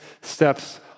steps